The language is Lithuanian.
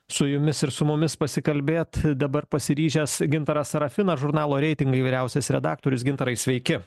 su jumis ir su mumis pasikalbėt dabar pasiryžęs gintaras serafinas žurnalo reitingai vyriausias redaktorius gintarai sveiki